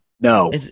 no